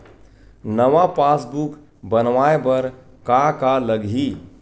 नवा पासबुक बनवाय बर का का लगही?